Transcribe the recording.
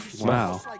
wow